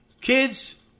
Kids